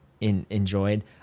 enjoyed